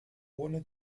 ohne